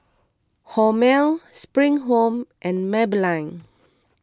Hormel Spring Home and Maybelline